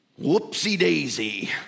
Whoopsie-daisy